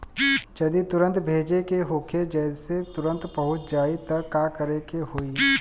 जदि तुरन्त भेजे के होखे जैसे तुरंत पहुँच जाए त का करे के होई?